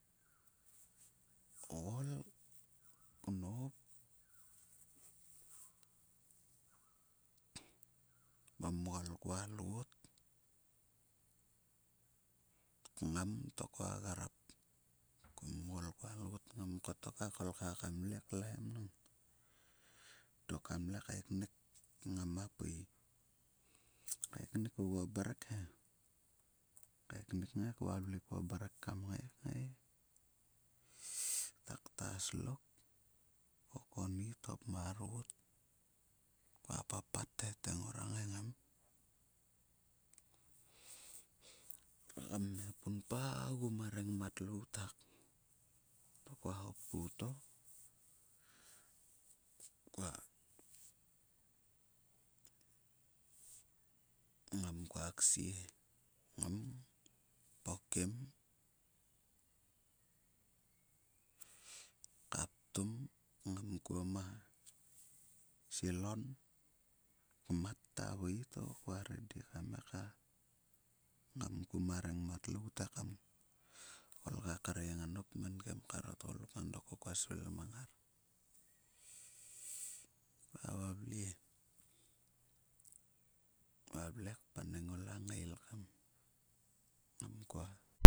Ol knop. Momgol kua lot knop kngam to kua grap. Momgol kua lot knop kngam to kua grap. Momgol kua lot kngam a kolkha kam vle klaim ngang dok kam le kaeknuk gem a pui. Kaiknik ogua mrek he. Kngai kua vle kua mrek kam ngai kngai takta slok ko konnut khop marot kua pappat te ngora ngai ngam. Kre kam mia punpa ogu ma rengmat lout hak. To kua hopku to kua ngam kua ksie he. Kua ngam, pokum, ka ptum ngam kuo ma silon. Kmat to vui to kua redi kam ngai kngam ku ma rengmat lout he. Kam kol ka kre nga dok kmen kim karo tgoluk nga dok ko kua svil mang. Kua valve paneng o lnagael mang kua